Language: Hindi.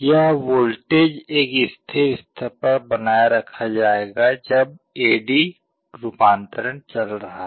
यह वोल्टेज एक स्थिर स्तर पर बनाए रखा जाएगा जब ए डी रूपांतरण चल रहा है